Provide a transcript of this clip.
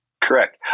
Correct